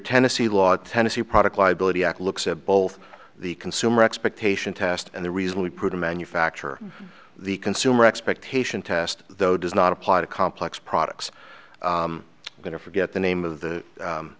tennessee law tennessee product liability act looks at both the consumer expectation test and the reason we put a manufacturer the consumer expectation test though does not apply to complex products going to forget the name of